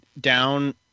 down